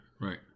right